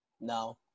No